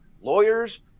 lawyers